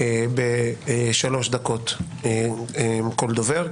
בשלוש דקות לכל דובר,